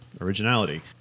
originality